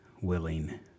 willing